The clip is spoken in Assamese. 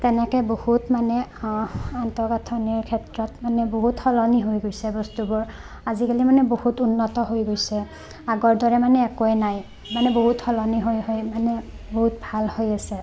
তেনেকৈ বহুত মানে আন্তঃ গাঁঠনিৰ ক্ষেত্ৰত মানে বহুত সলনি হৈ গৈছে বস্তুবোৰ আজিকালি মানে বহুত উন্নত হৈ গৈছে আগৰ দৰে মানে একোৱেই নাই মানে বহুত সলনি হৈ হৈ মানে বহুত ভাল হৈ আছে